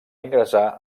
ingressar